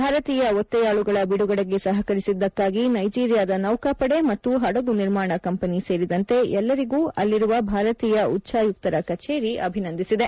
ಭಾರತೀಯ ಒತ್ತೆಯಾಳುಗಳ ಬಿಡುಗಡೆಗೆ ಸಹಕರಿಸಿದ್ದಕ್ಕಾಗಿ ನೈಜೀರಿಯಾದ ನೌಕಾಪಡೆ ಮತ್ತು ಹಡಗು ನಿರ್ಮಾಣ ಕಂಪೆನಿ ಸೇರಿದಂತೆ ಎಲ್ಲರಿಗೂ ಅಲ್ಲಿರುವ ಭಾರತೀಯ ಉಚ್ಚಾಯುಕ್ತರ ಕಚೇರಿ ಅಭಿನಂದಿಸಿದೆ